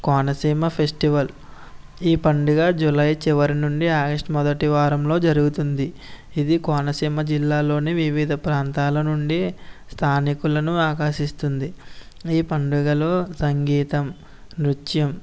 Konaseema festival ఈ పండుగ July చివరి నుండి ఆగష్టు మొదటి వారంలో జరుగుతుంది ఇది కోనసీమ జిల్లాలోనే వివిధ ప్రాంతాల నుండి స్థానికులను ఆకర్షిస్తుంది ఈ పండుగలో సంగీతం నృత్యం